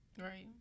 Right